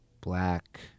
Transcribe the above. Black